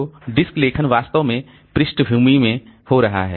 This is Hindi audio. तो डिस्क लेखन वास्तव में पृष्ठभूमि में हो रहा है